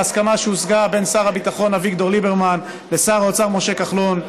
בהסכמה שהושגה בין שר הביטחון אביגדור ליברמן לשר האוצר משה כחלון,